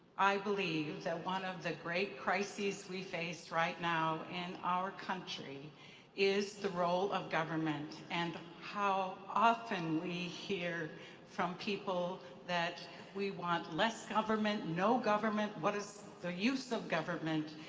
i believe that one of the great crises we face right now in our country is the role of government, and how often we hear from people that we want less government, no government, what is the use of government.